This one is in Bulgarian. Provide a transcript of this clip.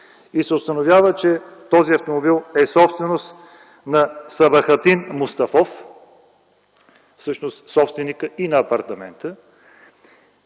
и се установява, че този автомобил е собственост на Сабахатин Мустафов, всъщност – собственикът и на апартамента.